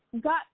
got